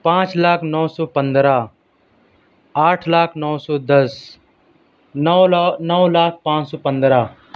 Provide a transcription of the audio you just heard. پانچ لاکھ نو سو پندرہ آٹھ لاکھ نو سو دس نو لا نو لاکھ پانچ سو پندرہ